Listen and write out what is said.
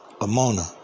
Amona